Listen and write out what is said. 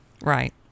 Right